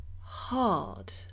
hard